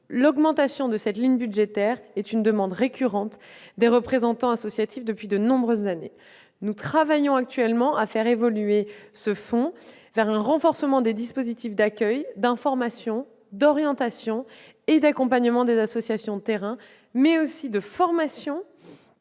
L'augmentation de cette ligne budgétaire est une demande récurrente des représentants associatifs depuis de nombreuses années. Nous travaillons actuellement à faire évoluer ce fonds vers un renforcement des dispositifs d'accueil, d'information, d'orientation et d'accompagnement des associations de terrain, mais aussi de formation,